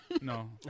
No